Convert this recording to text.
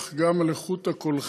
אך גם על איכות הקולחים.